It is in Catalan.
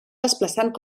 desplaçant